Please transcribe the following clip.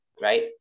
right